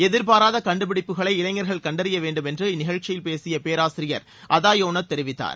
எதிர்பாராத கண்டுபிடிப்புகளை இளைஞர்கள் கண்டறிய வேண்டும் என்று இந்நிகழ்ச்சியில் பேசிய பேராசிரியர் அதா யோனத் தெரிவித்தார்